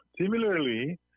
Similarly